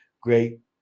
great